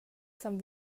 some